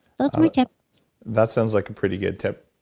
that's my tip that sounds like a pretty good tip.